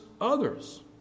others